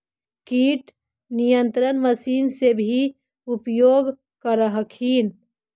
किट नियन्त्रण मशिन से भी उपयोग कर हखिन?